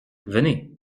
venez